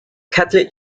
catholic